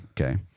Okay